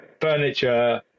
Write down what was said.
furniture